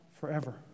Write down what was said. forever